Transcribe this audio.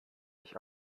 ich